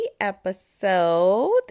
episode